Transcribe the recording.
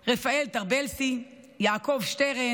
רפאל טרבלסי, יעקב שטרן,